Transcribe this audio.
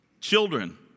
Children